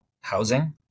housing